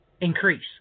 increase